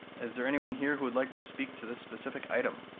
is there anyone here who would like to speak to this specific item?